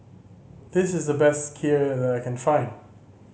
this is the best Kheer that I can find